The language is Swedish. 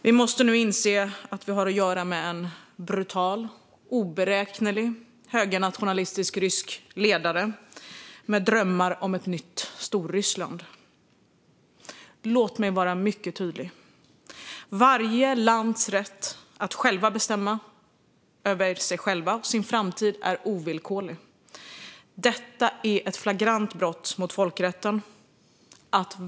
Vi måste nu inse att vi har att göra med en brutal, oberäknelig, högernationalistisk rysk ledare med drömmar om ett nytt Storryssland. Låt mig vara mycket tydlig: Varje lands rätt att bestämma över sig självt och sin framtid är ovillkorlig. Detta är ett flagrant brott mot folkrätten.